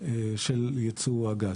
של ייצוא הגז,